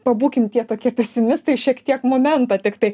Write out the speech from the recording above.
pabūkim tie tokie pesimistai šiek tiek momentą tiktai